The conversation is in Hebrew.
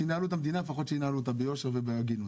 שינהלו את המדינה אבל לפחות שינהלו אותה ביושר ובהגינות.